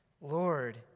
Lord